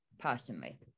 personally